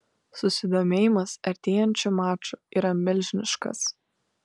susidomėjimas artėjančiu maču yra milžiniškas